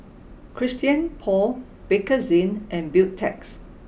Christian Paul Bakerzin and Beautex